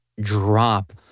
drop